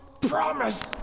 promise